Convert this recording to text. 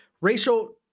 racial